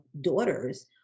daughters